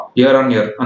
year-on-year